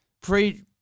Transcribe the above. Pre